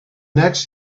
next